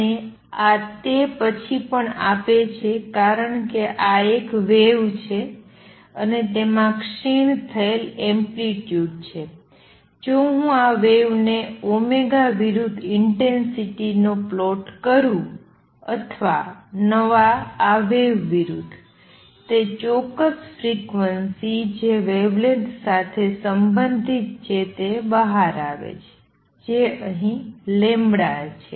અને આ તે પછી પણ આપે છે કારણ કે આ એક વેવ છે અને તેમાં ક્ષીણ થયેલ એમ્પ્લિટ્યુડ છે જો હું આ વેવ માટે ω વિરુદ્ધ ઇંટેંસિટી પ્લોટ કરું છું અથવા નવા આ વેવ વિરુદ્ધ તે ચોક્કસ ફ્રીક્વન્સી જે વેવલેન્થ સાથે સંબંધિત છે તે બહાર આવે છે જે અહીં આપેલ છે